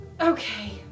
okay